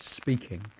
speaking